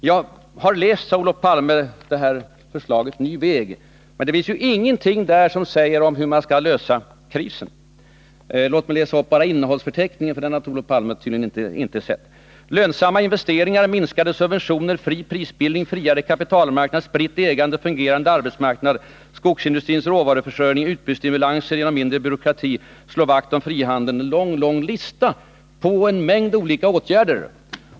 Jag har läst förslaget Ny väg, sade Olof Palme, men det finns ingenting där som säger något om hur man skall lösa krisen. Låt mig då bara läsa upp något ur innehållsförteckningen, för den har Olof Palme tydligen inte sett: Här finns en lång lista med en mängd olika åtgärder.